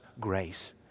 grace